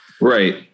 Right